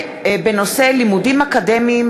לימודים אקדמיים